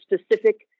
specific